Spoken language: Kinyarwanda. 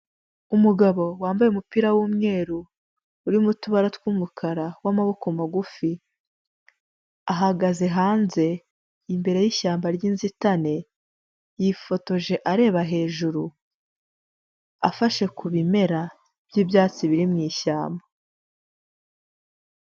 Umugabo wambaye umupira w'umweru urimo utubara tw'umukara w'amaboko magufi, ahagaze hanze imbere y'ishyamba ry'inzitane, yifotoje areba hejuru, afashe ku bimera by'ibyatsi biri mu ishyamba.